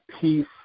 peace